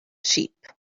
sheep